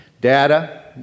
Data